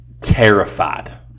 Terrified